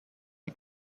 are